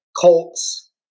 Colts